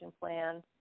plan